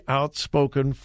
outspoken